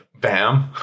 bam